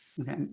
Okay